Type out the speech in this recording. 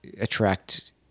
attract